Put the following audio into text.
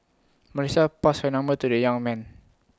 Melissa passed her number to the young man